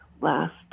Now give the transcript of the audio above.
last